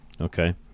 Okay